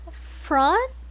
front